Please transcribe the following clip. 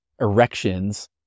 erections